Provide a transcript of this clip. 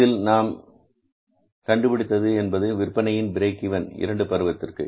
இதில் நாம் கண்டுபிடித்தது என்பது விற்பனையின் பிரேக் ஈவன் இரண்டு பருவத்திற்கு